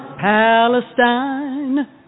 Palestine